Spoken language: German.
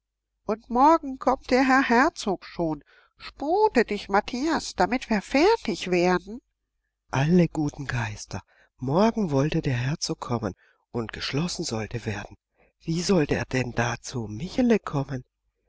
und morgen kommt der herr herzog schon spute dich matthias damit wir fertig werden alle guten geister morgen wollte der herzog kommen und geschlossen sollte werden wie sollte er denn da zum michele kommen